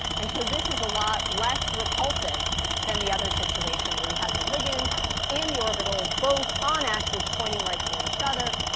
and so this is a lot less repulsive than the other situation where you have the ligands and the orbitals, both on axis, pointing right toward each other.